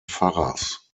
pfarrers